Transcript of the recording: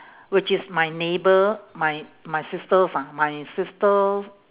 which is my neighbour my my sister's ah my sister's